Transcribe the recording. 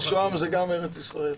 שוהם זה גם ארץ ישראל.